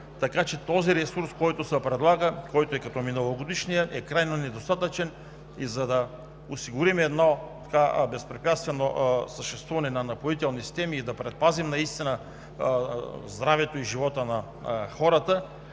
Така че този ресурс, който се предлага, който е като миналогодишния, е крайно недостатъчен – за да осигурим безпрепятствено съществуване на „Напоителни системи“ и да предпазим здравето и живота на хората,